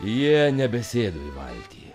jie nebesėdo į valtį